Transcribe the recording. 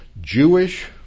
Jewish